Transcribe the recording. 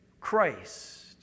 Christ